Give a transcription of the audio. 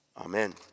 amen